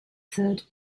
third